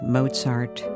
Mozart